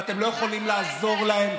ואתם לא יכולים לעזור להם,